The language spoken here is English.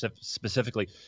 specifically